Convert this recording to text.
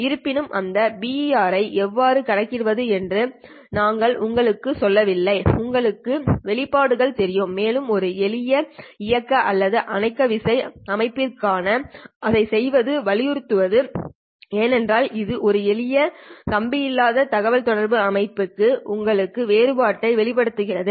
இருப்பினும் அந்த BER ஐ எவ்வாறு கணக்கிடுவது என்று நாங்கள் உங்களுக்குச் சொல்லவில்லை உங்களுக்கு வெளிப்பாடுகள் தெரியும் மேலும் ஒரு எளிய இயக்க அல்லது அணைக்க விசை அமைப்புற்காக அதைச் செய்வது அறிவுறுத்தலாக இருக்கிறது ஏனென்றால் இது ஒரு எளிய கம்பியில்லாத தகவல் தொடர்பு அமைப்புகளுக்கு இடையிலான வேறுபாட்டை வெளிப்படுத்துகிறது